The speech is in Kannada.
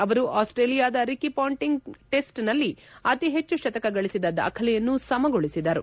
ಅವರು ಆಸ್ವೇಲಿಯಾದ ರಿಕ್ಕಿ ಪಾಂಟಿಂಗ್ ಟೆಸ್ಟ್ನಲ್ಲಿ ಅತಿ ಹೆಚ್ಚು ಶತಕ ಗಳಿಸಿದ ದಾಖಲೆಯನ್ನು ಸಮಗೊಳಿಸಿದರು